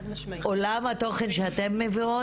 עולם התוכן שאתן מביאות,